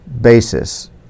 basis